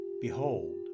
Behold